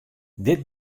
dit